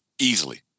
easily